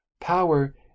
Power